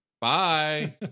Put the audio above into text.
Bye